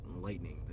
Lightning